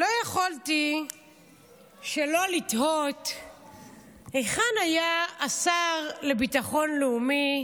לא יכולתי שלא לתהות היכן היה השר לביטחון לאומי